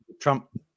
Trump